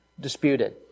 disputed